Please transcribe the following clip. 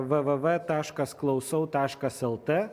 v v v taškas klausau taškas lt